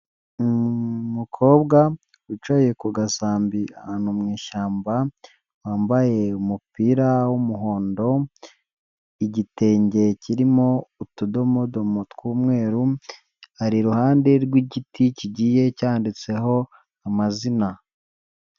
Umukobwa wicaye ku gasambi, ahantu mu ishyamba, wambaye umupira w'umuhondo, igitenge kirimo utudomodomo tw'umweru, ari iruhande rw'igiti kigiye cyanditseho amazina.